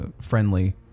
friendly